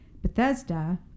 Bethesda